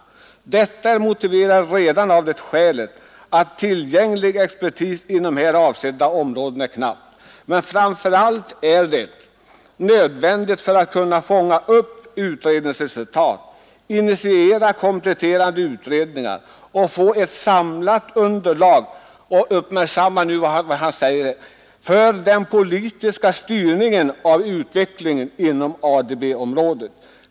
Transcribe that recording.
Detta är motiverat redan av det skälet att tillgänglig expertis inom här avsedda områden är knapp. Men framför allt är det nödvändigt för att kunna fånga upp utredningsresultat, initiera kompletterande utredningar och få ett samlat underlag” — och uppmärksamma nu vad departementschefen säger — ”för den politiska styrningen av utvecklingen inom ADB-området.